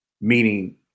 Meaning